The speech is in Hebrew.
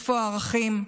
איפה הערכים?